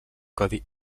codi